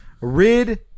rid